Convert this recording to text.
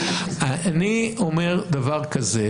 אני אומר דבר כזה,